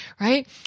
Right